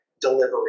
delivery